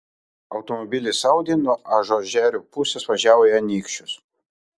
automobilis audi nuo ažuožerių pusės važiavo į anykščius